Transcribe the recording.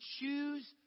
choose